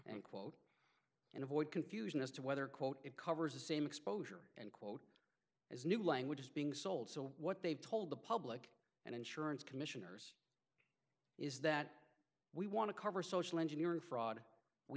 and quote and avoid confusion as to whether quote it covers the same exposure and quote as new language is being sold so what they've told the public and insurance commissioners is that we want to cover social engineering fraud we